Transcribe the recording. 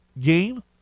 game